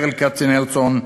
ברל כצנלסון,